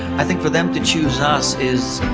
i think for them to choose us is,